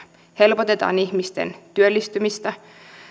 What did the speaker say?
helpotetaan ihmisten työllistymistä ja